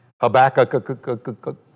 Habakkuk